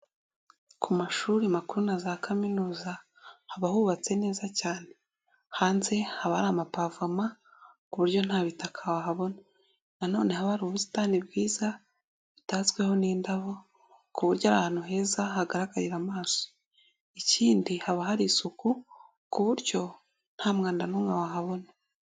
Ku mashuri makuru na za kaminuza haba hubatse neza cyane, hanze haba ari amapavoma ku buryo nta butaka wahabona, nanone haba hari ubusitani bwiza butatsweho n'indabo ku buryo ari hantu heza hagaragarira amaso, Ikindi haba hari isuku ku buryo nta mwanda n'umwe wahabona.